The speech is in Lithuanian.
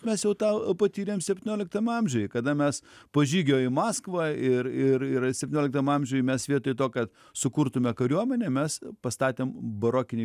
mes jau tą patyrėm septynioliktam amžiuj kada mes po žygio į maskvą ir ir ir septynioliktam amžiuj mes vietoj to kad sukurtume kariuomenę mes pastatėm barokinį